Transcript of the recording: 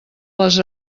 les